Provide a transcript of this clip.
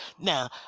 Now